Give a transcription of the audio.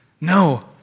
No